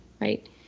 Right